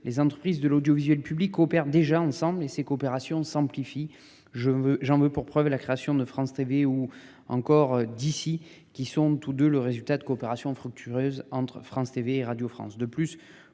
les entreprises de l'audiovisuel public coopère déjà ensemble mais ces coopérations s'amplifie. Je veux, j'en veux pour preuve la création de France TV ou encore d'ici qui sont tous deux le résultat de coopération fructueuse entre France TV Radio France